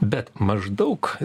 bet maždaug